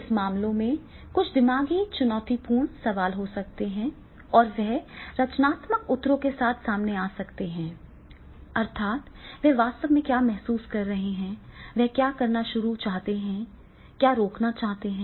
इन मामलों में कुछ दिमागी चुनौतीपूर्ण सवाल हो सकते हैं और वे रचनात्मक उत्तरों के साथ सामने आ सकते हैं अर्थात् वे वास्तव में क्या महसूस करते हैं वे क्या करना शुरू करते हैं रोकते हैं या करते रहते हैं